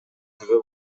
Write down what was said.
күбө